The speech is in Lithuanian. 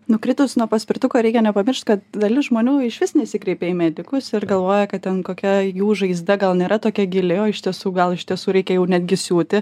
nukritus nuo paspirtuko reikia nepamiršt kad dalis žmonių išvis nesikreipia į medikus ir galvoja kad ten kokia jų žaizda gal nėra tokia gili o iš tiesų gal iš tiesų reikia jau netgi siūti